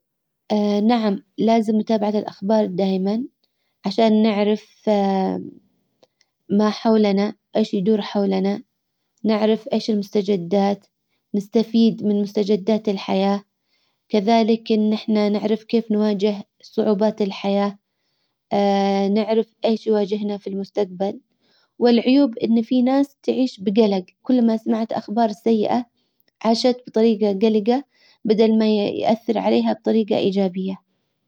نعم لازم متابعة الاخبار دايما عشان نعرف ما حولنا ايش يدور حولنا نعرف ايش المستجدات نستفيد من مستجدات الحياة كذلك ان احنا نعرف كيف نواجه صعوبات الحياة نعرف ايش يواجهنا في المستقبل والعيوب ان في ناس تعيش بجلج كل ما سمعت اخبار سيئة عاشت بطريجة جلجة بدل ما يأثر عليها بطريجة ايجابية.